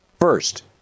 First